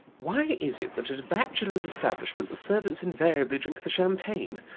why is it that at a bachelor's establishment the servants invariably drink the champagne?